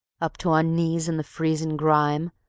up to our knees in the freezin' grime,